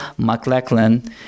McLachlan